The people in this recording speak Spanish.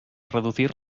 reducir